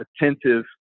attentive